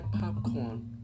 popcorn